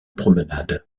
promenades